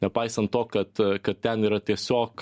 nepaisant to kad kad ten yra tiesiog